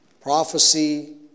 prophecy